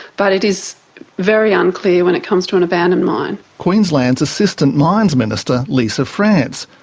but it is very unclear when it comes to an abandoned mine. queensland's assistant mines minister, lisa france,